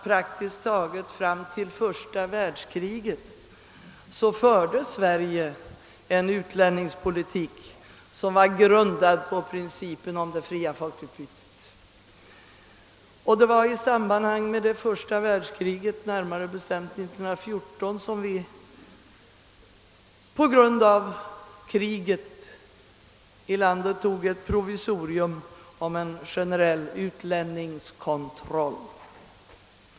Praktiskt taget fram till första världskriget förde Sverige en utlänningspolitik grundad på principen :om det fria folkutbytet. Det var först i samband med första världskriget, närmare bestämt 1914, som vi på grund av kriget antog ett provisorium om skärpt utlänningskontroll.